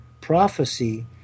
prophecy